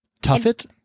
Tuffet